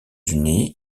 unis